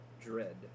Dread